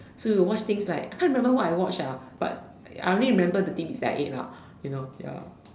so we will watch like can't remember what I watched lah but I only remember the things that I ate lah you know ya